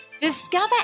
Discover